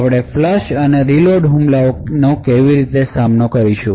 આપણે આ ફ્લશ અને રીલોડ હુમલાનો કેવી રીતે સામનો કરીશું